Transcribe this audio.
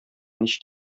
ничек